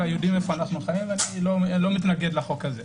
אנחנו יודעים איפה אנחנו חיים ואני לא מתנגד לחוק הזה.